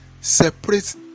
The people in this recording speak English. separate